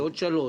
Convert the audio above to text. לעוד שלוש,